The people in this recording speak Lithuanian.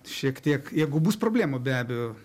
šiek tiek jeigu bus problemų be abejo